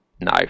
no